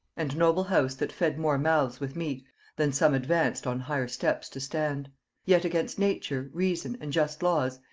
and noble house that fed more mouths with meat than some advanced on higher steps to stand yet against nature, reason, and just laws,